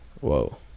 Whoa